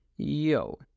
Yo